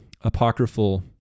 apocryphal